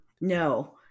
No